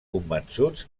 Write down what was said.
convençuts